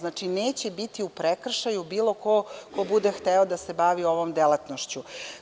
Neće biti u prekršaju bilo ko ko bude hteo da se bavi ovom delatnošću.